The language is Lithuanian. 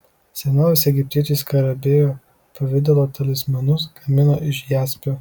senovės egiptiečiai skarabėjo pavidalo talismanus gamino iš jaspio